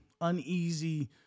uneasy